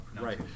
Right